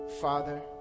Father